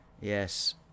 Yes